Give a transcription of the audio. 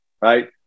right